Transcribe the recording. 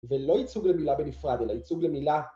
ולא ייצוג למילה בנפרד אלא ייצוג למילה